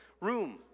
room